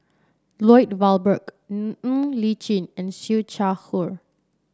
Lloyd Valberg Ng Ng Li Chin and Siew Shaw Her